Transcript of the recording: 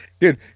Dude